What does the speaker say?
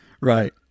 Right